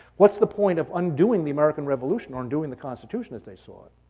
what's the point of undoing the american revolution, or undoing the constitution, as they saw it?